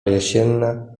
jesienna